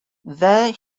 there